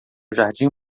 jardim